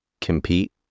compete